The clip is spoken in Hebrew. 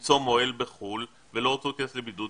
למצוא מוהל בחו"ל ולא רצו להיכנס לבידוד,